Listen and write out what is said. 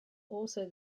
also